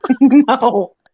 No